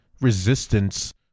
resistance